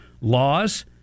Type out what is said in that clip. laws